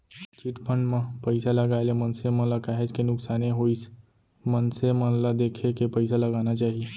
chit fund म पइसा लगाए ले मनसे मन ल काहेच के नुकसानी होइस मनसे मन ल देखे के पइसा लगाना चाही